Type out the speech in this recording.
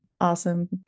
Awesome